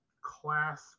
class